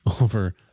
over